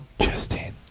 Justine